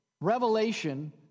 Revelation